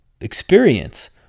experience